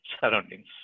surroundings